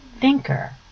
thinker